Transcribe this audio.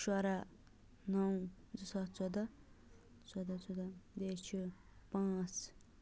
شُراہ نَو زٕ ساس ژۄداہ ژۄداہ ژۄداہ بیٚیہِ چھِ پانٛژھ